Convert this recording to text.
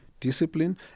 discipline